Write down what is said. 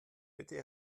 bitte